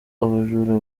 abajura